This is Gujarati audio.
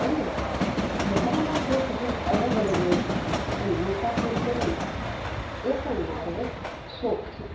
અને બધાના શોખ જેમ અલગ અલગ હોય છે એમ મુસાફરી કરવી એ પણ મારો એક શોખ છે